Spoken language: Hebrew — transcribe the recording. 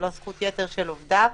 זו לא זכות יתר של עובדיו.